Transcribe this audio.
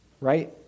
Right